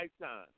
lifetime